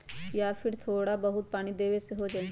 या फिर थोड़ा बहुत पानी देबे से हो जाइ?